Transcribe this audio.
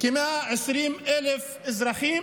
כ-120,000 אזרחים